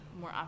more